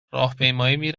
راهپیمایی